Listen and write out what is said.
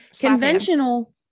Conventional